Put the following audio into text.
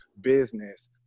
business